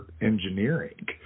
engineering